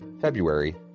February